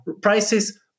prices